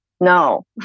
No